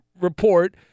report